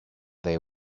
they